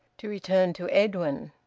to return to edwin.